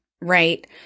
right